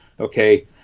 okay